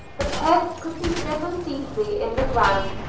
the peg could be driven deeply in the ground,